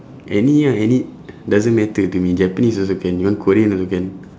any ah any doesn't matter to me japanese also can you want korean also can